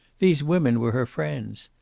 these women were her friends.